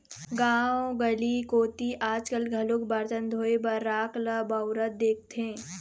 गाँव गंवई कोती आज घलोक बरतन धोए बर राख ल बउरत दिखथे